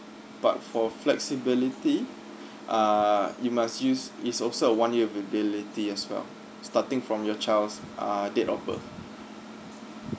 but for flexibility uh you must use it's also a one year validity as well starting from your child's err date of birth